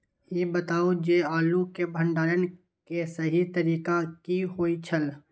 ई बताऊ जे आलू के भंडारण के सही तरीका की होय छल?